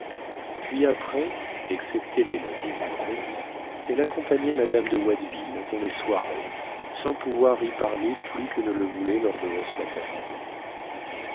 puis après excepté les lundis et les vendredis elle accompagnait madame de watteville dans les soirées sans pouvoir y parler plus que ne le voulait l'ordonnance maternelle